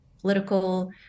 political